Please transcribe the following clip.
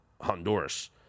Honduras